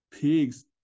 Pigs